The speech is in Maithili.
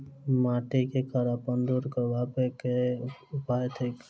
माटि केँ खड़ापन दूर करबाक की उपाय थिक?